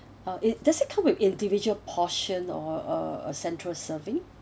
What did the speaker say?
uh it does it come with individual portion or a a central serving